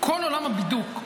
כל עולם הבידוק,